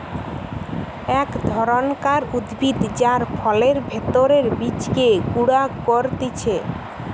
এক ধরণকার উদ্ভিদ যার ফলের ভেতরের বীজকে গুঁড়া করতিছে